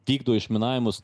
vykdo išminavimus